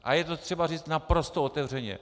A je to třeba říct naprosto otevřeně.